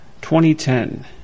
2010